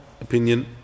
opinion